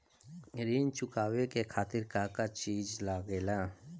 ऋण चुकावे के खातिर का का चिज लागेला?